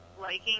liking